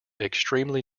extremely